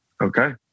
okay